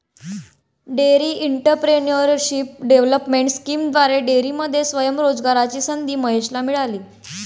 dairy entrepreneurship development स्कीमद्वारे डेअरीमध्ये स्वयं रोजगाराची संधी महेशला मिळाली